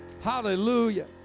Hallelujah